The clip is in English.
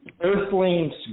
Earthlings